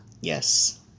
Yes